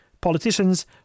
Politicians